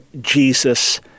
Jesus